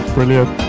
Brilliant